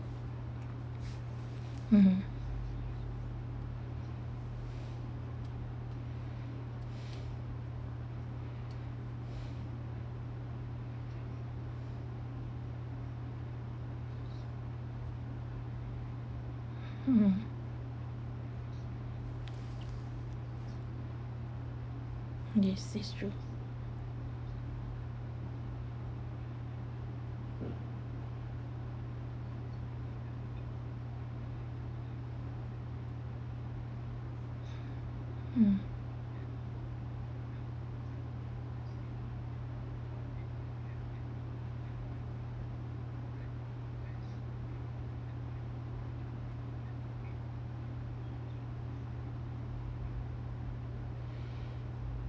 mm mm yes that's true mm